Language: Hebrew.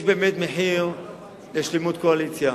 יש באמת מחיר לשלמות קואליציה.